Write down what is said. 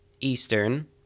Eastern